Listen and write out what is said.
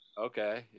Okay